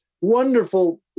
Wonderful